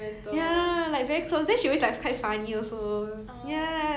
oh now she got this new netflix show 好像叫 dynasty 对吗